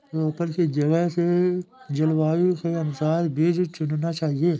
रोपड़ की जगह के जलवायु के अनुसार बीज चुनना चाहिए